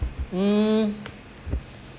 mm